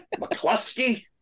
McCluskey